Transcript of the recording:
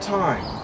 time